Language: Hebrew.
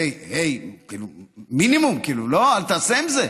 וואו, היי, היי, מינימום, כאילו, לא, תעשה עם זה.